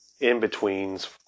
in-betweens